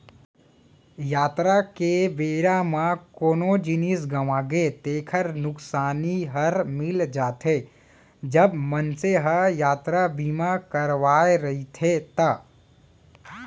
यातरा के बेरा म कोनो जिनिस गँवागे तेकर नुकसानी हर मिल जाथे, जब मनसे ह यातरा बीमा करवाय रहिथे ता